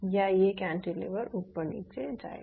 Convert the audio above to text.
या ये कैंटिलीवर ऊपर नीचे जायेगा